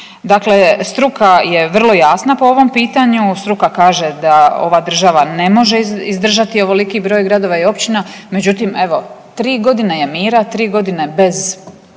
Dakle, struka je vrlo jasna po ovom pitanju, struka kaže da ova država ne može izdržati ovoliki broj gradova i općina, međutim, evo, 3 godine je mira, 3 godine bez